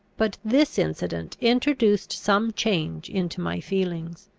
but this incident introduced some change into my feelings.